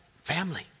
family